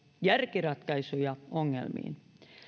järkiratkaisuja ongelmiin